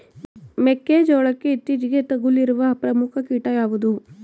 ಮೆಕ್ಕೆ ಜೋಳಕ್ಕೆ ಇತ್ತೀಚೆಗೆ ತಗುಲಿರುವ ಪ್ರಮುಖ ಕೀಟ ಯಾವುದು?